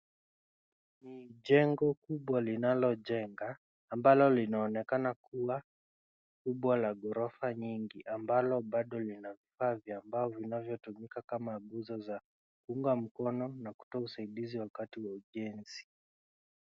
Jengo kubwa linalojenga ambalo linaonekana kuwa kubwa la ghorofa nyingi ambalo bado lina vifaa vya mbao vinavyotumika kama nguzo za kuunga mkono na kutoa usaidizi wakati wa ujenzi.